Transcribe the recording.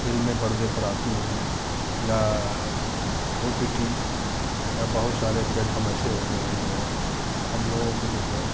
फिल्में पर्दे पर आती हैं या ओ टी टी या बहुत सारे प्लेटफ़ॉर्म ऐसे हो गए हैं जो है अब लोगों को जो है